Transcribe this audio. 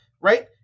right